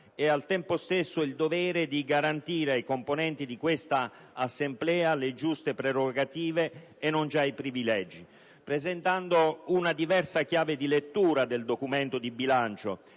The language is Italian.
e, al tempo stesso, il dovere di garantire ai componenti di questa Assemblea le giuste prerogative e non già i privilegi, presentando una diversa chiave di lettura del documento di bilancio